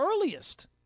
earliest